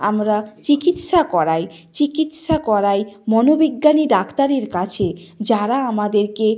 আমরা চিকিৎসা করাই চিকিৎসা করাই মনোবিজ্ঞানী ডাক্তারের কাছে যারা আমাদেরকে